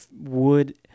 wood